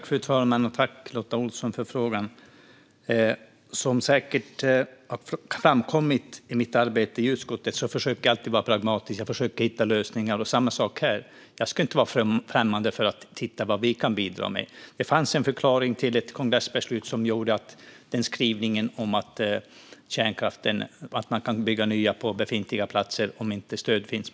Fru talman! Jag tackar Lotta Olsson för frågan. Som säkert har framkommit i mitt arbete i utskottet försöker jag alltid vara pragmatisk, och jag försöker hitta lösningar. Samma sak gäller här. Jag är inte främmande för att titta på vad vi kan bidra med. Det fanns en förklaring till ett kongressbeslut och skrivningen att man kan bygga ny kärnkraft på befintliga platser om inte stöd finns.